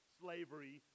slavery